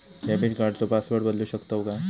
Debit कार्डचो password बदलु शकतव काय?